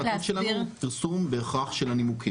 אין לנו בגוף הפרטים שלנו פרסום בהכרח של הנימוקים.